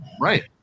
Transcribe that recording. Right